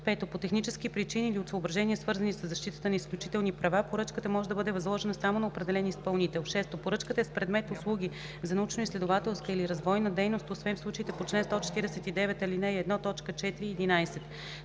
5. по технически причини или от съображения, свързани със защитата на изключителни права, поръчката може да бъде възложена само на определен изпълнител; 6. поръчката е с предмет услуги за научноизследователска или развойна дейност, освен в случаите по чл. 149, ал. 1, т. 4 и 11;